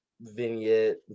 vignette